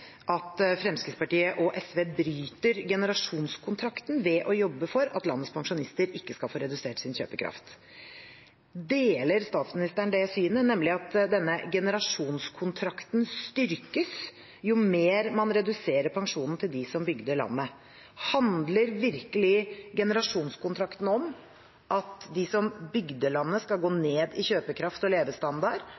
at Fremskrittspartiet og SV bryter generasjonskontrakten ved å jobbe for at landets pensjonister ikke skal få redusert sin kjøpekraft. Deler statsministeren det synet, nemlig at denne generasjonskontrakten styrkes jo mer man reduserer pensjonen til de som bygde landet? Handler virkelig generasjonskontrakten om at de som bygde landet, skal gå